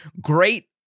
Great